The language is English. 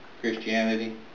Christianity